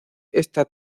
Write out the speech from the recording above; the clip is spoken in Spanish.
esta